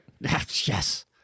Yes